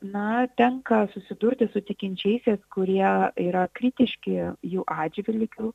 na tenka susidurti su tikinčiaisiais kurie yra kritiški jų atžvilgiu